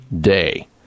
day